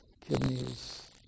kidneys